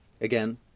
again